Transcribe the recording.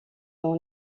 dans